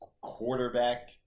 quarterback